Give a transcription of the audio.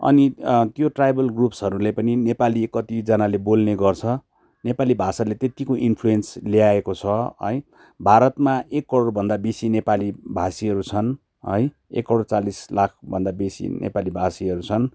अनि त्यो ट्राइबल ग्रुप्सहरूले पनि नेपाली कतिजनाले बोल्ने गर्छ नेपाली भाषाले त्यत्तिको इन्फ्लोइन्स ल्याएको छ है भारतमा एक करोडभन्दा बेसी नेपाली भाषीहरू छन् है एक करोड चालिस लाख भन्दा बेसी नेपाली भाषीहरू छन्